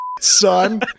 son